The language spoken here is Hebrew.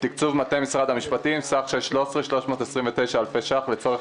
תקצוב מטה משרד המשפטים בסך של 13,329 אלפי ש"ח לצורך